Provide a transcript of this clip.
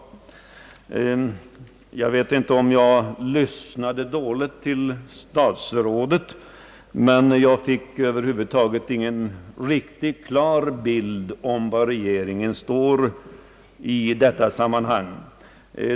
Jag vet inte om jag lyssnade dåligt till statsrådet, men jag fick över huvud taget ingen riktigt klar bild av var regeringen står i detta sammanhang.